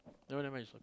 no never mind it's